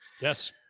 Yes